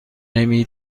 نمی